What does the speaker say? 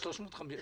350?